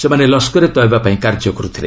ସେମାନେ ଲସ୍କରେ ତୟବା ପାଇଁ କାର୍ଯ୍ୟ କର୍ଥିଲେ